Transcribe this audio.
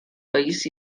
país